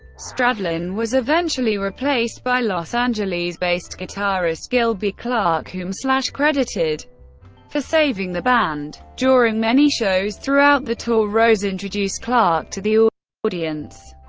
stradlin was eventually replaced by los angeles-based guitarist gilby clarke, clarke, whom slash credited for saving the band. during many shows throughout the tour, rose introduced clarke to the audience,